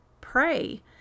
pray